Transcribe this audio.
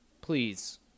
Please